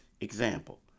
Example